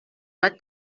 bat